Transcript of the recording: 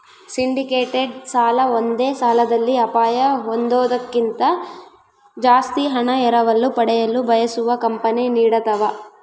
syndicated ಸಾಲ ಒಂದೇ ಸಾಲದಲ್ಲಿ ಅಪಾಯ ಹೊಂದೋದ್ಕಿಂತ ಜಾಸ್ತಿ ಹಣ ಎರವಲು ಪಡೆಯಲು ಬಯಸುವ ಕಂಪನಿ ನೀಡತವ